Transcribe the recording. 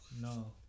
No